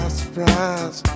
surprise